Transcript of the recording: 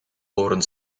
horen